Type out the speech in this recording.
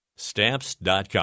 Stamps.com